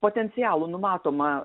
potencialų numatomą